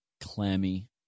clammy